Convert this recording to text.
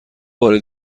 بار